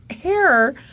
hair